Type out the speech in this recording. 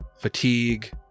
fatigue